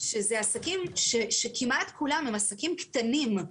שאלה עסקים שכמעט כולם הם עסקים קטנים,